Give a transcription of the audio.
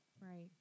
Right